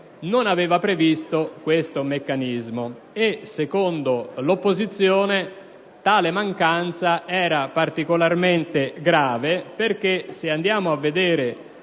non aveva previsto questo meccanismo. Secondo l'opposizione, tale mancanza era particolarmente grave perché, se andiamo a vedere